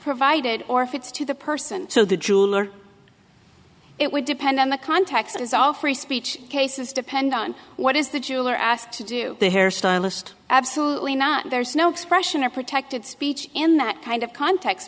provided or if it's to the person so the jeweler it would depend on the context is all free speech cases depend on what is the jeweler asked to do the hairstylist absolutely not there's no expression or protected speech in that kind of context